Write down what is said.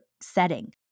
setting